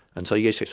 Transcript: and say yes,